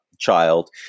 child